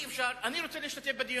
אני רוצה להשתתף בדיון,